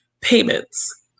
payments